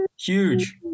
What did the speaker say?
Huge